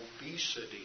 obesity